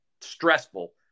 Stressful